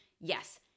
Yes